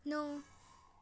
ਨੌ